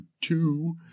two